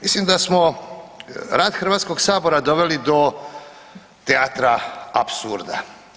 Mislim da smo rad Hrvatskog sabora doveli do teatra apsurda.